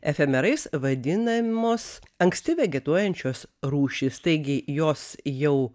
efemerais vadinamos anksti vegetuojančios rūšys taigi jos jau